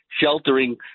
sheltering